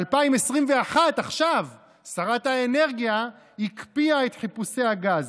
ב-2021, עכשיו, שרת האנרגיה הקפיאה את חיפושי הגז,